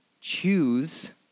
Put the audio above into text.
choose